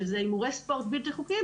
שזה הימורי ספורט בלתי-חוקיים,